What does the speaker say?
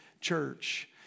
church